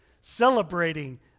Celebrating